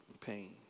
pain